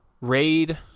raid